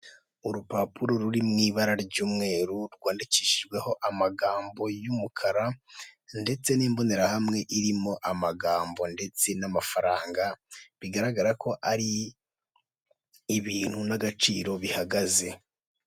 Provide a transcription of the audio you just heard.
Urupapuro ruri mu ibara ry'umweru rwandikishijweho amagambo y'umukara ndetse n'imbonerahamwe irimo amagambo, ndetse n'amafaranga bigaragara ko ari ibintu n'agaciro bihagaze.